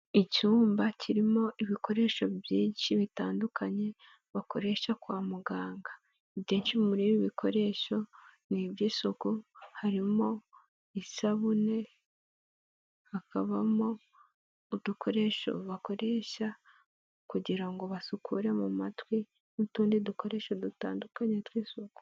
Icyumba kirimo ibikoresho byinshi bitandukanye bakoresha kwa muganga. Ibyinshi muri ibi bikoresho ni iby'isuku harimo isabune, hakabamo udukoresho bakoresha kugira ngo basukure mu matwi n'utundi dukoresho dutandukanye tw'isuku.